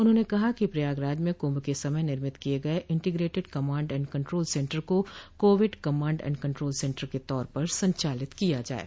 उन्होंने कहा कि प्रयागराज में कुंभ के समय निर्मित किये गये integrated command and control centre को covid command and control centre के तौर पर संचालित किया जाये